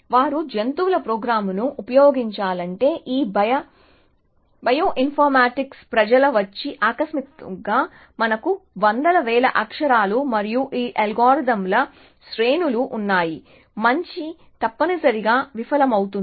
వారు జంతువుల ప్రోగ్రామింగ్ను ఉపయోగించా లంటే ఈ బయో ఇన్ఫర్మేటిక్స్ ప్రజలు వచ్చి అకస్మాత్తుగా మనకు వందల వేల అక్షరాలు మరియు ఆ అల్గోరిథంల శ్రేణులు ఉన్నాయి కాబట్టి మంచి తప్పనిసరిగా విఫలమవుతుంది